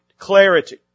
clarity